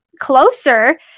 Closer